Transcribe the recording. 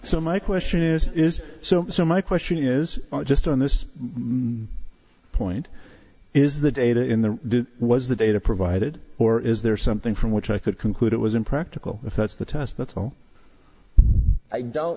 so my question is is so so my question is just on this point is the data in the was the data provided or is there something from which i could conclude it was impractical if that's the test that's well i don't